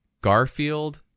Garfield